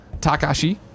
Takashi